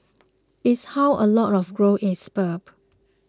is how a lot of growth is spurred